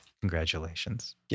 Congratulations